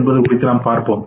என்பது குறித்து பார்ப்போம்